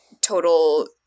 total